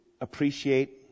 appreciate